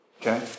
Okay